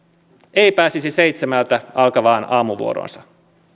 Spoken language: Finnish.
ei pääsisi seitsemältä alkavaan aamuvuoroonsa